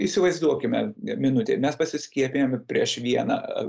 įsivaizduokime minutei mes pasiskiepijame prieš vieną